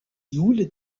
jule